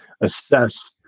assess